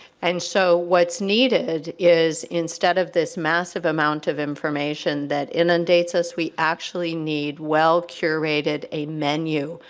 and so what's needed is instead of this massive amount of information that inundates us we actually need well-curated a menu,